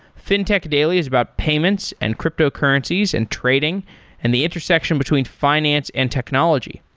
fintech daily is about payments and cryptocurrencies and trading and the intersection between finance and technology.